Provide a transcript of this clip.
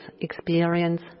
experience